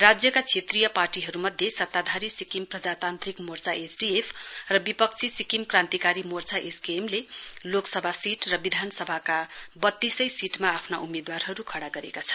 राज्यका क्षेत्रीय पार्टीहरू मध्ये सताधारी सिक्किम प्रजातान्त्रिक मोर्चा एसडीएफ र विपक्षी सिक्किम क्रान्तिकारी मोर्चा एसकेएमले लोकसभा सीट र विधानसभाका बत्तीसै सीटमा आफ्ना उम्मेद्वारहरू खडा गरेका छन्